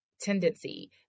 tendency